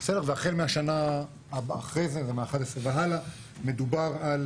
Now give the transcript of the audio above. והחל מהשנה אחרי זה, 11 והלאה, מדובר על